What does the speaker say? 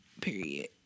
Period